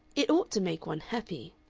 it ought to make one happy.